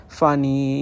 funny